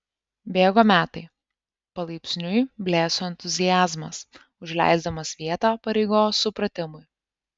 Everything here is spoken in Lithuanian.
bėgo metai palaipsniui blėso entuziazmas užleisdamas vietą pareigos supratimui